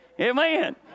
Amen